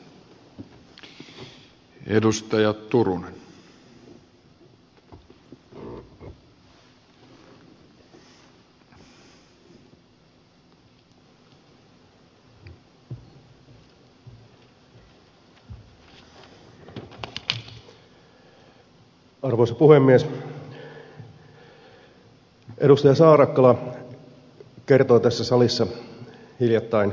edustaja saarakkala kertoi tässä salissa hiljattain hyvinkin tarkasti mitä tämä evm käytännössä merkitsee